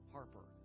Harper